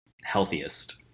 healthiest